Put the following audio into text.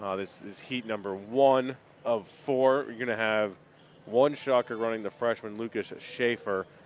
ah this this heat number one of four, you're going to have one shocker running the freshman lucas shaffer,